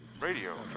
radio